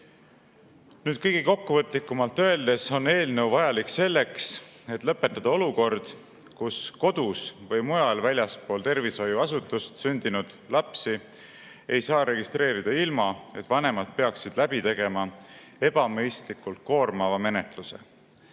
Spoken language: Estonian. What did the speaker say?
Nüüd, kõige kokkuvõtlikumalt öeldes on eelnõu vajalik selleks, et lõpetada olukord, kus kodus või mujal väljaspool tervishoiuasutust sündinud lapsi ei saa registreerida, ilma et vanemad peaksid läbi tegema ebamõistlikult koormava menetluse.